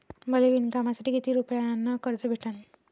मले विणकामासाठी किती रुपयानं कर्ज भेटन?